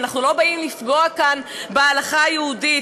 אנחנו לא באים לפגוע כאן בהלכה היהודית,